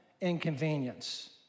inconvenience